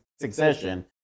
Succession